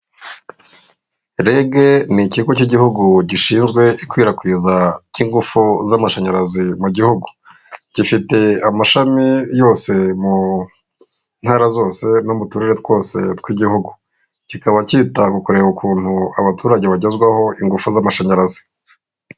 Rege ni ikigo cy'igihugu gishinzwe ikwirakwiza ry'ingufu z'amashanyarazi mu gihugu, gifite amashami yose mu ntara zose no mu turere twose tw'igihugu, kikaba kita ku kureba ukuntu abaturage bagezwaho ingufu z'amashanyarazi.